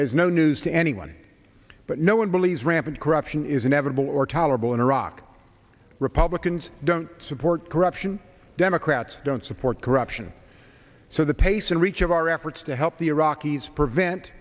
as no news to anyone but no one believes rampant corruption is inevitable or tolerable in iraq republicans don't support corruption democrats don't support corruption so the pace and reach of our efforts to help the iraqis prevent